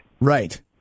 Right